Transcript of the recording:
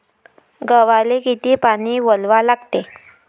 गव्हाले किती पानी वलवा लागते?